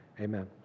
amen